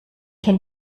can